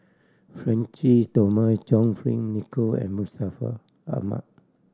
Francis Thomas John Fearn Nicoll and Ahmad